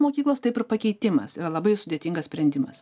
mokyklos taip ir pakeitimas yra labai sudėtingas sprendimas